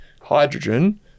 hydrogen